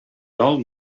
old